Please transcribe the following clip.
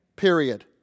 period